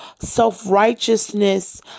self-righteousness